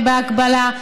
בהקבלה,